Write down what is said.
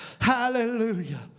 hallelujah